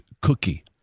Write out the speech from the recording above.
cookie